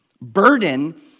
burden